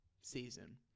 season